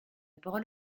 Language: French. parole